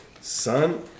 Son